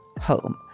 home